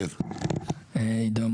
אדחה